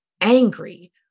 angry